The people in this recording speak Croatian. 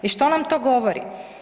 I što nam to govori?